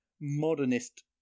modernist